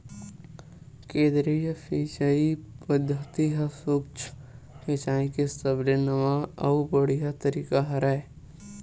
केदरीय सिचई पद्यति ह सुक्ष्म सिचाई के सबले नवा अउ बड़िहा तरीका हरय